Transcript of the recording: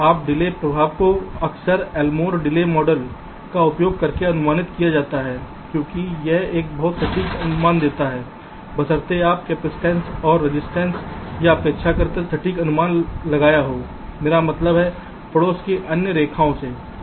अब डिले प्रभाव को अक्सर एलमोर डिले मॉडल का उपयोग करके अनुमानित किया जाता है क्योंकि यह एक बहुत सटीक अनुमान प्रदान करता है बशर्ते आपने कैपइसटेंस और रेजिस्टेंस का अपेक्षाकृत सटीक अनुमान लगाया हो मेरा मतलब पड़ोस की अन्य रेखाओं से है